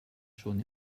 schon